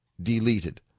deleted